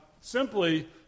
Simply